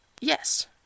Yes